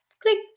Click